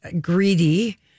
greedy